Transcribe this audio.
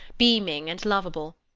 beaming and lovable.